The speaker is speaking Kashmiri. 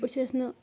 بہٕ چھس نہٕ